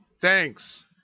Thanks